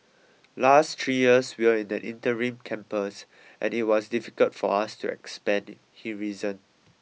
last three years we were in an interim campus and it was difficult for us to expand he reasoned